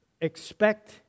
expect